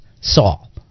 Saul